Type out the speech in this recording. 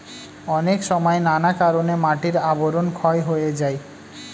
অনেক সময় নানা কারণে মাটির আবরণ ক্ষয় হয়ে যায়